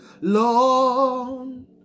Lord